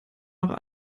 noch